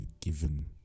given